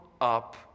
up